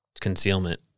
Concealment